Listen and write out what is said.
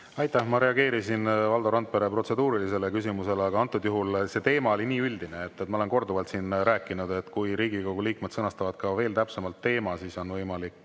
Aitäh! Ma reageerisin Valdo Randpere protseduurilisele küsimusele, aga antud juhul see teema oli nii üldine. Ma olen korduvalt rääkinud, et kui Riigikogu liikmed sõnastaksid teemad veel täpsemalt, siis oleks